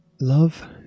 Love